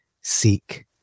seek